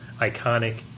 iconic